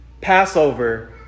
Passover